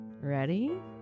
Ready